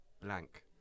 blank